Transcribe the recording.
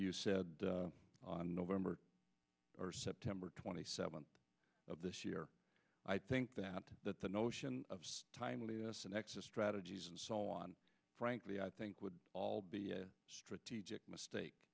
you said on november or september twenty seventh of this year i think that the notion of timeliness and exit strategies and so on frankly i think would all be a strategic mistake